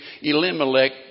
Elimelech